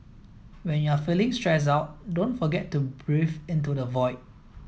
when you are feeling stressed out don't forget to breathe into the void